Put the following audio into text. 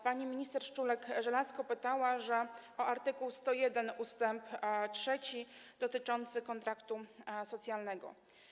Pani minister Szczurek-Żelazko pytała o art. 101 ust. 3 dotyczący kontraktu socjalnego.